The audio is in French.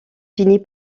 finit